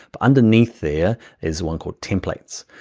but underneath there is one called templates.